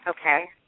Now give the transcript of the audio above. Okay